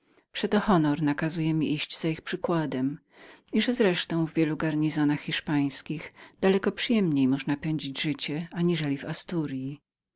przeto honor nakazywał mi iść za ich przykładem i że wreszcie w garnizonach hiszpańskich daleko przyjemniej można było pędzić życie aniżeli w asturyi